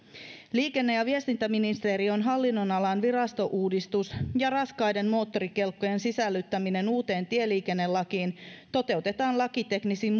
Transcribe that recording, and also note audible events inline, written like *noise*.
liikenne ja viestintäministeriön hallinnonalan virastouudistus ja raskaiden moottorikelkkojen sisällyttäminen uuteen tieliikennelakiin toteutetaan lakiteknisin *unintelligible*